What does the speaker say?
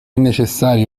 necessario